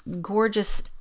gorgeous